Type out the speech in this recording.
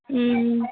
ம் ம்